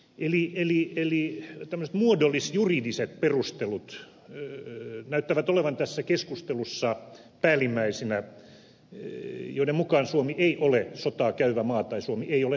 tällaiset muodollis juridiset perustelut näyttävät olevan tässä keskustelussa päällimmäisinä joiden mukaan suomi ei ole sotaa käyvä maa tai suomi ei ole sodassa